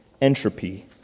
entropy